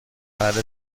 بعد